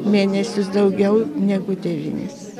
mėnesius daugiau negu devynis